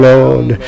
Lord